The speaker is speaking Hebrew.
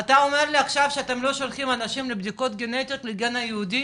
אתה אומר לי עכשיו שאתם לא שולחים אנשים לבדיקות גנטיות לגן היהודי?